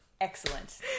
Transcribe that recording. Excellent